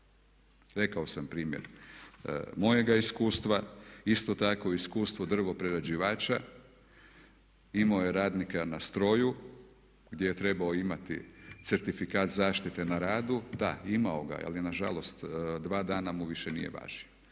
Rekao sam primjer mojega iskustva. Isto tako iskustvo drvo prerađivača. Imao je radnika na stroju gdje je trebao imati certifikat zaštite na radu, da imao ga je, ali je nažalost dva dana mu više nije važio.